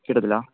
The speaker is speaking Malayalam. കിട്ടത്തില്ല